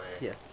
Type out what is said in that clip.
Yes